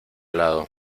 lado